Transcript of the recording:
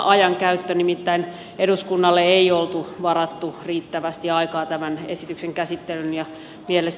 nimittäin eduskunnalle ei ollut varattu riittävästi aikaa tämän esityksen käsittelyyn